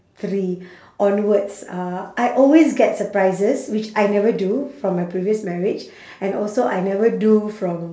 three onwards uh I always get surprises which I never do from my previous marriage and also I never do from